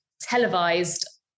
televised